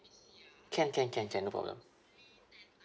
can can can can no problem